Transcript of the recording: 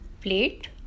plate